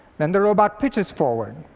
then the robot pitches forward.